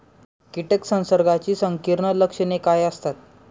कीटक संसर्गाची संकीर्ण लक्षणे काय असतात?